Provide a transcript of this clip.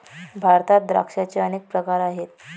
भारतात द्राक्षांचे अनेक प्रकार आहेत